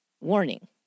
Warning